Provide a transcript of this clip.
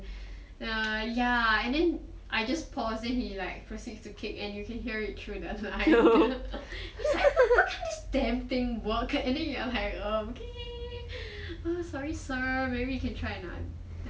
ya and then I just pause and then he like proceeds to kick and you can hear it through the line he's like why can't this damn thing work and then you're like um okay sorry sir maybe you can try another